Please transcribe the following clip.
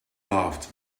laughed